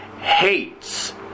hates